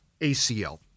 ACL